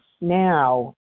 now